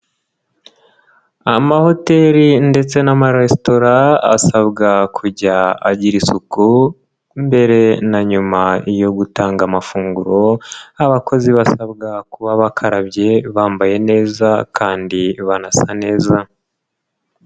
Amahoteli ndetse n'amaresitora asabwa kujya agira isuku mbere na nyuma yo gutanga amafunguro, abakozi basabwa kuba bakarabye, bambaye neza, kandi banasa neza.